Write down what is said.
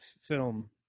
film